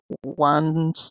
one